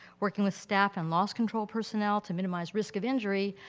working with staff and laws control personnel to minimize risk of injury,